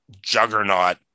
juggernaut